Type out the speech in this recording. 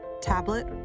tablet